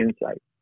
insight